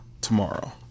tomorrow